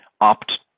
opt